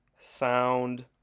Sound